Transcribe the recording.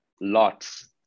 Lots